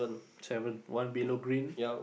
seven one below green